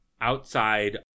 outside